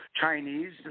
Chinese